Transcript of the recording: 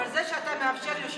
אבל זה שאתה מאפשר,